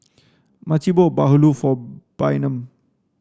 Maci bought bahulu for Bynum